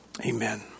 Amen